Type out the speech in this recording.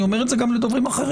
אני אומר את זה גם לדוברים אחרים.